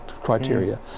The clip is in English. criteria